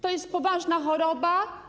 To jest poważna choroba.